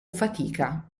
fatica